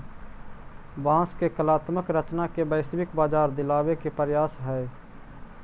बाँस के कलात्मक रचना के वैश्विक बाजार दिलावे के प्रयास हई